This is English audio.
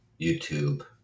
YouTube